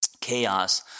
chaos